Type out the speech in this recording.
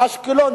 אשקלון,